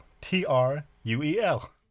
T-R-U-E-L